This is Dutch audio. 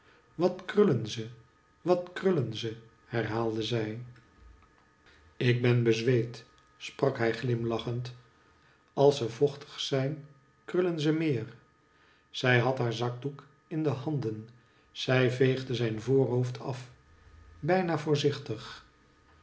wat krullen ze wat krullen ze herhaalde zij ik ben bczweet sprak hij glimlachend alsze vochtig zijn krullen ze meer zij had haar zakdoek in de handen zij veegde zijn voorhoofd af bijna voorzichtig